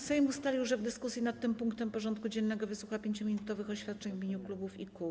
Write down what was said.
Sejm ustalił, że w dyskusji nad tym punktem porządku dziennego wysłucha 5-minutowych oświadczeń w imieniu klubów i kół.